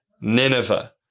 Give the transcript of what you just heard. Nineveh